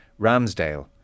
Ramsdale